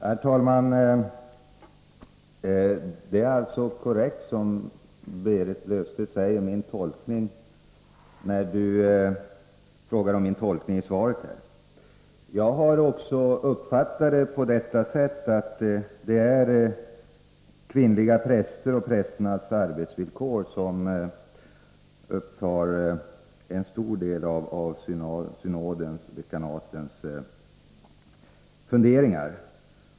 Herr talman! Berit Löfstedt gjorde en korrekt tolkning av vad jag menade med det som jag sade i svaret. Också jag har uppfattat det på det sättet att det är frågan om kvinnliga präster och prästernas arbetsvillkor som upptar en stor del av synodens och dekanatens funderingar.